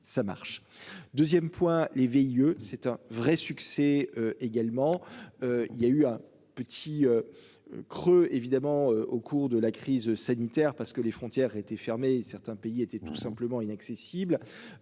Ça marche. 2ème point les VIE. C'est un vrai succès également. Il y a eu un petit. Creux évidemment au cours de la crise sanitaire, parce que les frontières étaient fermées, certains pays était tout simplement inaccessible.